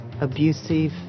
abusive